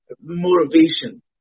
motivation